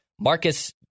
Marcus